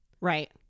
right